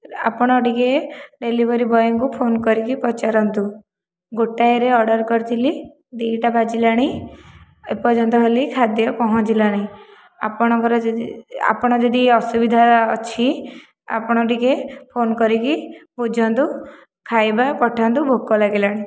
ଆପଣ ଟିକେ ଡେଲିଭରି ବୟଙ୍କୁ ଫୋନ କରିକି ପଚାରନ୍ତୁ ଗୋଟାଏରେ ଅର୍ଡ଼ର କରିଥିଲି ଦୁଇଟା ବାଜିଲାଣି ଏପର୍ଯ୍ୟନ୍ତ ହେଲା ଖାଦ୍ୟ ପହଁଞ୍ଚିଲାନି ଆପଣଙ୍କର ଯଦି ଆପଣ ଯଦି ଅସୁବିଧା ଅଛି ଆପଣ ଟିକେ ଫୋନ କରି ବୁଝନ୍ତୁ ଖାଇବା ପଠାନ୍ତୁ ଭୋକ ଲାଗିଲାଣି